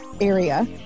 area